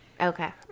Okay